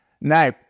Now